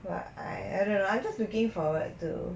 but I I don't know I just looking forward to